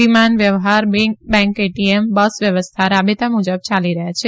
વિમાન વ્યવહાર bank ATM bus વ્યવસ્થા રાબેતા મુજબ ચાલી રહથાં છે